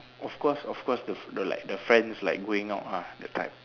of course of course the like the friends like going out ah that type